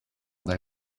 they